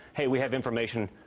hey, we have information,